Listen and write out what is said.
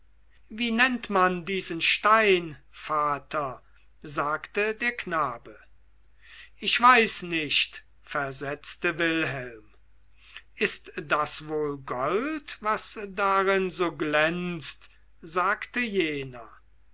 wie nennt man diesen stein vater sagte der knabe ich weiß nicht versetzte wilhelm ist das wohl gold was darin so glänzt sagte jener